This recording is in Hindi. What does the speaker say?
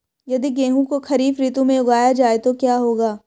यदि गेहूँ को खरीफ ऋतु में उगाया जाए तो क्या होगा?